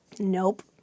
nope